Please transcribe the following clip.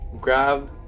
grab